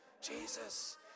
Jesus